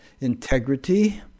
integrity